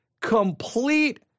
Complete